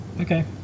Okay